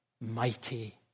mighty